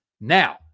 Now